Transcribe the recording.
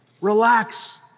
relax